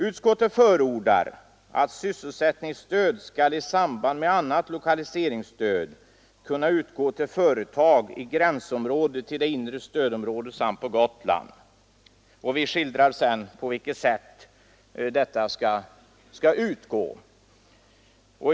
Utskottet förordar att sysselsättningsstöd skall i samband med annat lokaliseringsstöd kunna utgå till företag i gränsområdet till det inre stödområdet samt på Gotland.” Vi skildrar sedan på vilket sätt detta stöd skall utgå.